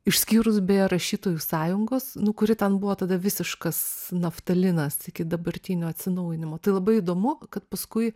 išskyrus beje rašytojų sąjungos nu kuri ten buvo tada visiškas naftalinas iki dabartinio atsinaujinimo tai labai įdomu kad paskui